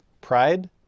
pride